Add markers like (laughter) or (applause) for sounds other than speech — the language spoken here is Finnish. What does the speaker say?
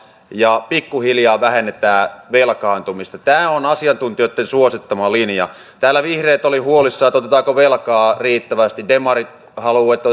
ja pikkuhiljaa vähennetään velkaantumista tämä on asiantuntijoitten suosittama linja täällä vihreät olivat huolissaan siitä otetaanko velkaa riittävästi demarit haluavat että (unintelligible)